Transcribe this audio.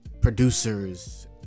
producers